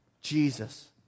Jesus